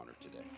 today